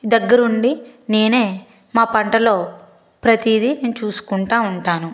దగ్గర్ ఉండి నేనే మా పంటలు ప్రతీది నేను చూసుకుంటు ఉంటాను